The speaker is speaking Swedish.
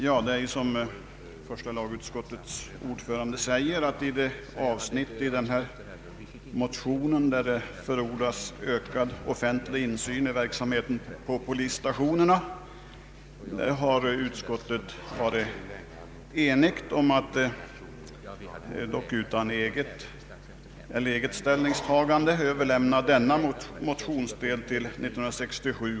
Herr talman! Som första lagutskottets ordförande säger har utskottet varit enigt om att — dock utan eget ställningstagande — till 1967 års polisutredning överlämna den del av denna motion där det förordas ökad offentlig insyn i verksamheten på polisstationerna.